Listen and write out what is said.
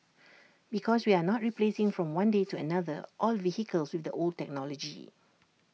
because we are not replacing from one day to another all vehicles with old technology